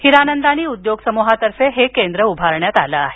हिरानंदानी उद्योगसमूहातर्फे हे केंद्र उभारण्यात आल आहे